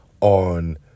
on